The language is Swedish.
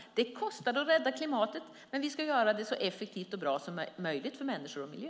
Det kostar att rädda klimatet, men vi ska göra det så effektivt och bra som möjligt för människor och miljö.